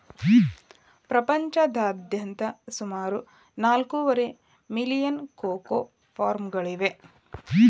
ಪ್ರಪಂಚದಾದ್ಯಂತ ಸುಮಾರು ನಾಲ್ಕೂವರೆ ಮಿಲಿಯನ್ ಕೋಕೋ ಫಾರ್ಮ್ಗಳಿವೆ